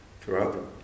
throughout